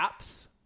apps